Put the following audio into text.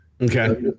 Okay